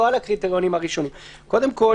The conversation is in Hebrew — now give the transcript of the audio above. קודם כל,